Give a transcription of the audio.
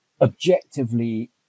objectively